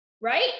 right